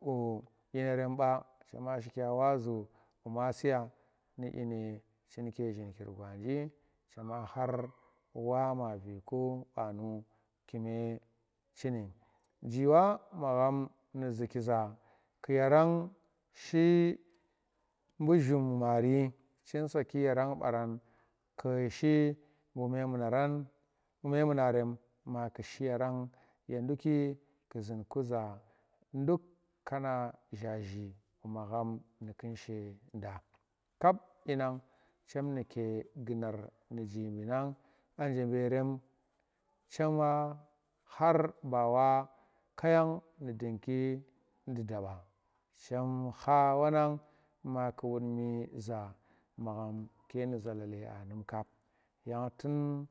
bu dyine rem ba cema shika waazu bu masiya nu chinke zhinkir gwanji, cema khar wa maabi ku banu kume chini, jiwa magham nu zuki za ku yarang shi mbu shum maari chin saki tu yaran barana tu shi bu memuran bu memunarem ma kishi yanang ye ndukki ki zun ku za nduk kana zhaaji bu magham nu kunshe da kap dyinang nuke gunar nuke jimbi nang anje mberem chema khar bawa kayan nu dunki nu daba chem kha wanang ma ku wud mi za magham ke nu zalale a num kap yang tun.